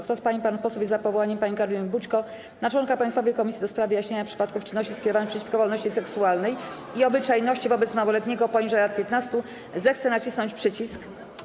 Kto z pań i panów posłów jest za powołaniem pani Karoliny Bućko na członka Państwowej Komisji do spraw wyjaśniania przypadków czynności skierowanych przeciwko wolności seksualnej i obyczajności wobec małoletniego poniżej lat 15, zechce nacisnąć przycisk.